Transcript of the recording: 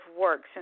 works